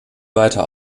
weiter